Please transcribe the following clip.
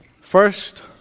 First